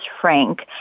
Frank